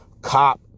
cop